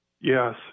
yes